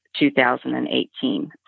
2018